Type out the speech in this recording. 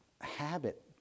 habit